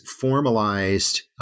formalized